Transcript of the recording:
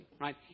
right